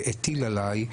הטיל עליי,